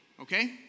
Okay